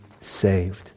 saved